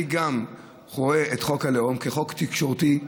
גם אני רואה את חוק הלאום כחוק תקשורתי,